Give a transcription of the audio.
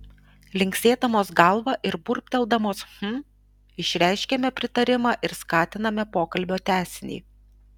linksėdamos galvą ir burbteldamos hm išreiškiame pritarimą ir skatiname pokalbio tęsinį